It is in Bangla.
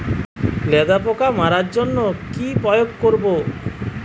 লেদা পোকা মারার জন্য কি প্রয়োগ করব?